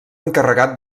encarregat